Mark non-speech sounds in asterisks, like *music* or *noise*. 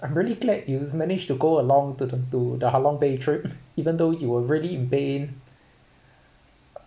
I'm really glad you've managed to go along to th~ to the halong bay trip *noise* even though you were really in pain